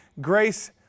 grace